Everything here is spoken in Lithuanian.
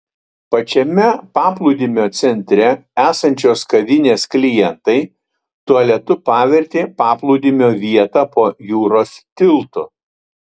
pačiame paplūdimio centre esančios kavinės klientai tualetu pavertė paplūdimio vietą po jūros tiltu